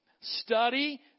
Study